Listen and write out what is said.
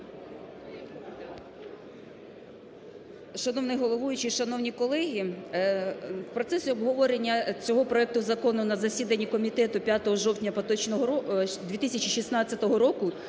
Шановний головуючий, шановні колеги! У процесі обговорення цього проекту закону на засіданні комітету 5 жовтня поточного…